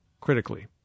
critically